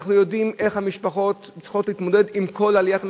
אנחנו יודעים איך המשפחות צריכות להתמודד עם כל עליית מחירים.